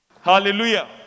Hallelujah